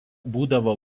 būdavo